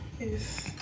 Yes